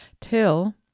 till